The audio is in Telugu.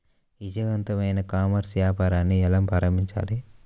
విజయవంతమైన ఈ కామర్స్ వ్యాపారాన్ని ఎలా ప్రారంభించాలి?